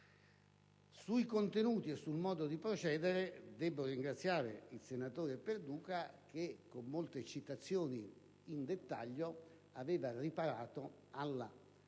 Sui contenuti e sul modo di procedere, debbo ringraziare il senatore Perduca, che con molte citazioni in dettaglio ha riparato alla